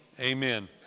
Amen